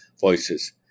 voices